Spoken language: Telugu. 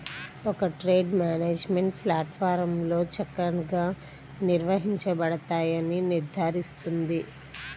ఒక ట్రేడ్ మేనేజ్మెంట్ ప్లాట్ఫారమ్లో చక్కగా నిర్వహించబడతాయని నిర్ధారిస్తుంది